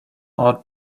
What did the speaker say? out